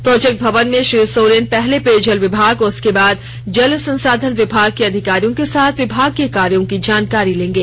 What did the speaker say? project Bhawan में श्री सोरेन पहले पेयजल विभाग उसके बाद जल संसाधन विभाग के अधिकारियों के साथ विभागीय कार्यो की जानकारी लेंगे